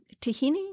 tahini